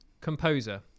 Composer